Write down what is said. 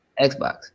Xbox